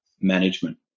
management